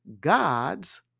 God's